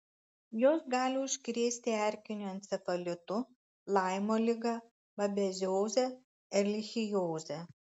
jos gali užkrėsti erkiniu encefalitu laimo liga babezioze erlichioze